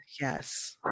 Yes